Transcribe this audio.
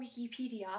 Wikipedia